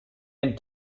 einen